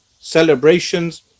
celebrations